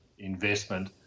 Investment